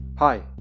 Hi